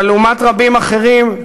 אבל לעומת רבים אחרים,